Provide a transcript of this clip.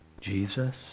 Jesus